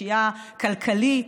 פשיעה כלכלית,